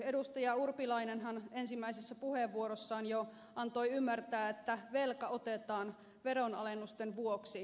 urpilainenhan ensimmäisessä puheenvuorossaan jo antoi ymmärtää että velka otetaan veronalennusten vuoksi